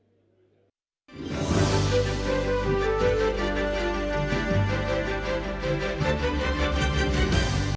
Дякую